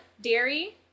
dairy